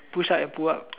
push up and pull up